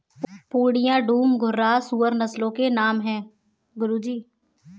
पूर्णिया, डूम, घुर्राह सूअर नस्लों के नाम है गुरु जी